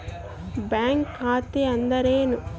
Bank ಖಾತೆ ಅಂದರೆ ಏನು?